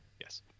Yes